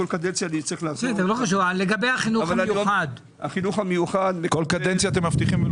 החינוך המיוחד-